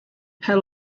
her